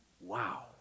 Wow